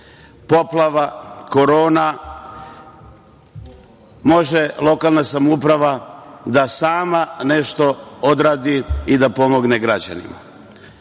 poplava, korona, može lokalna samouprava da sama nešto odradi i da pomogne građanima? Naravno